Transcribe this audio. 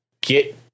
get